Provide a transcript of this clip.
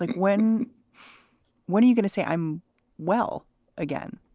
like when when are you going to say i'm well again?